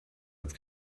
als